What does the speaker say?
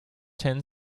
ten